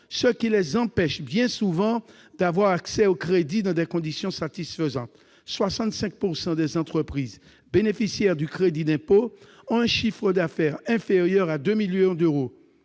ce qui les empêche bien souvent d'avoir accès au crédit dans des conditions satisfaisantes. En tout, 65 % des entreprises bénéficiaires du crédit d'impôt ont un chiffre d'affaires inférieur à 2 millions d'euros.